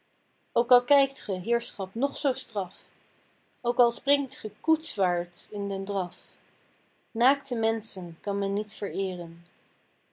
ook al kijkt ge heerschap nog zoo straf ook al springt ge koetswaarts in den draf naakte menschen kan men niet vereeren